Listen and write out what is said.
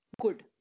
good